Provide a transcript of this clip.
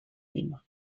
lima